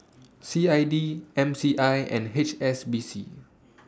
C I D M C I and H S B C